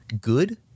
good